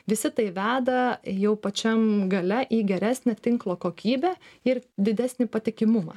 visi tai veda jau pačiam gale į geresnę tinklo kokybę ir didesnį patikimumą